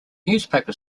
newspaper